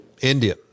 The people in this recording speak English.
India